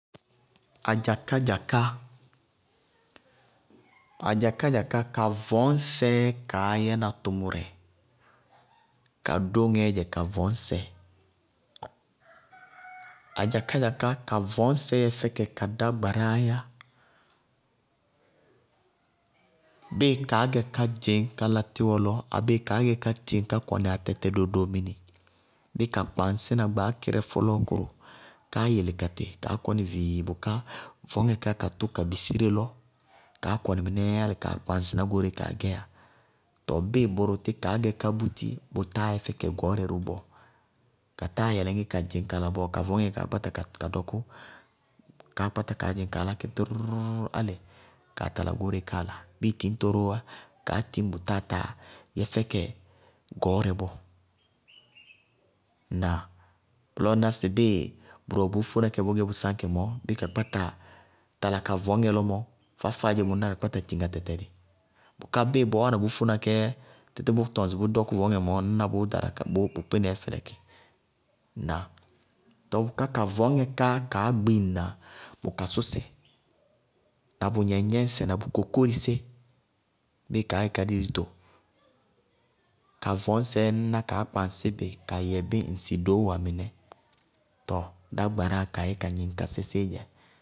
Adzakádzaká, adzakádzaká ka vɔñsɛɛ kaá yɛna tʋmʋrɛ, ka dóŋɛɛ dzɛ ka vɔñsɛ, adzakádzaká ka vɔñsɛ yɛ fɛkɛ ka dágbaráá yá, bíɩ kaá gɛ ká dzɩñ ká la tɩwʋlʋ abéé bíɩ kaá gɛ ká tiŋ ká kɔnɩ atɛtɛ dodoo mini, bíɩ ka kpaŋsí na gbaákɩrɛ fɔlɔɔkʋrʋ, káá yele katɩ viii kaá kʋní bʋká vañŋɛ ká ka tʋ ka bisíre lɔ. Káá kɔnɩ mɩnɛɛ kaa kpaŋsɩ ná goóreé kaa gɛyá. Tɔɔ bíɩ bʋrʋtí kaá gɛ ká búti, bʋ táa yɛ fɛkɛ gɔɔrɛ ró bɔɔ. Ka táa yɛlɛŋí ka dzɩñ kala bɔɔ, ka vɔñŋɛɛ kaá kpáta ka dɔkʋ, káá kpátá kaá dzíŋ kaá lá tʋrʋrʋrʋrʋ álɩ kaa tala goóreé kaa láa. Bíɩ tiñtɔ róówá kaá tiñ bʋ táa taa yɛ fɛkɛ gɔɔrɛ bɔɔ bʋlɔɔ ŋñná sɩ bíɩ bʋrʋ wɛ bʋʋ fóéna kɛ bʋʋ gɛ bʋ sáñ kɛ mɔɔ bíɩ ka kpáta ka tala ka vɔñŋɛ lɔ mɔ, faá-faádzé mɔ, bʋná ka kpáta tiŋ atɛ tɛlɩ. Bʋká bíɩ bɔɔ wáana bʋʋ fóéna kɛ, títí bʋ tɔŋ sɩ bʋʋ dɔkʋ vɔñŋɛ mɔɔ ŋñná bʋ kpínɛɛ ɖara ka bʋ kpínɛɛ fɛlɛkɩ. Ŋnáa? Tɔɔ bʋká bʋ vɔñŋɛ káá kaá gbiŋna bʋ kasʋsɛ, na bʋngnɛŋgnɛñsɛ na bʋ kokórisé. Bíɩ kaá gɛ ká dí dito, ka vɔñsɛɛ ŋñná kaá kpaŋsí bɛ kaá yɛ bɩ ŋsɩ doówa mɩnɛ. Tɔɔ dágbaráá ka yɛ ka gnɩŋ ka sísíí dzɛ.